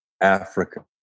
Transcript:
Africa